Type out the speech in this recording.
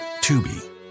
Tubi